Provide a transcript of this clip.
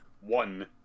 One